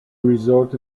resort